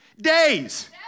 days